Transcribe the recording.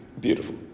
Beautiful